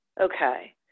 Okay